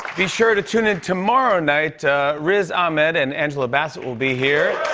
be sure to tune in tomorrow night riz ahmed and angela bassett will be here.